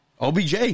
OBJ